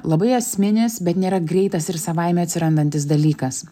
labai esminės bet nėra greitas ir savaime atsirandantis dalykas